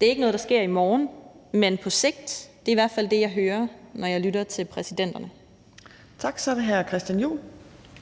Det er ikke noget, der sker i morgen, men på sigt. Det er i hvert fald det, jeg hører, når jeg lytter til præsidenterne. Kl. 15:38 Tredje næstformand